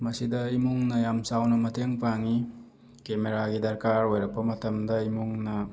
ꯃꯁꯤꯗ ꯏꯃꯨꯡꯅ ꯌꯥꯝ ꯆꯥꯎꯅ ꯃꯇꯦꯡ ꯄꯥꯡꯉꯤ ꯀꯦꯃꯦꯔꯥꯒꯤ ꯗꯔꯀꯥꯔ ꯑꯣꯏꯔꯛꯄ ꯃꯇꯝꯗ ꯏꯃꯨꯡꯅ